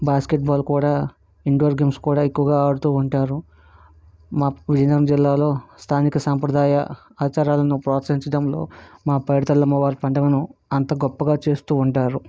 basketball కూడా indoor games కూడా ఎక్కువగా ఆడుతూ ఉంటారు మా విజయనగరం జిల్లాలో స్థానిక సాంప్రదాయ ఆచారాలను ప్రోత్సహించడంలో మా పైడితల్లి అమ్మవారి పండుగను అంత గొప్పగా చేస్తూ ఉంటారు